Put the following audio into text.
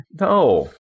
No